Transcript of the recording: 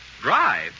Drive